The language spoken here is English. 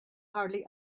hardly